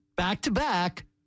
Back-to-back